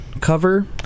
cover